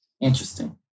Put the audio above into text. Interesting